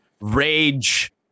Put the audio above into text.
rage